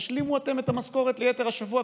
תשלימו אתם את המשכורת ליתר השבוע,